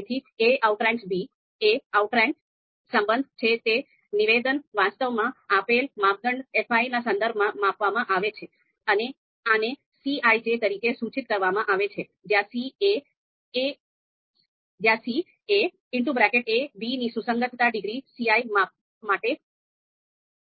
તેથી a outranks b એ outranking સંબંધ છે તે નિવેદન વાસ્તવમાં આપેલ માપદંડ fi ના સંદર્ભમાં માપવામાં આવે છે અને આને cij તરીકે સૂચિત કરવામાં આવે છે જ્યાં c એ ab